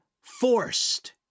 forced